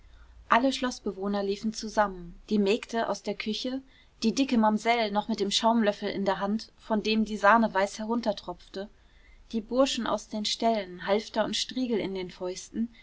alle schloßbewohner liefen zusammen die mägde aus der küche die dicke mamsell noch mit dem schaumlöffel in der hand von dem die sahne weiß heruntertropfte die burschen aus den ställen halfter und striegel in den fäusten